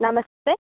नमस्ते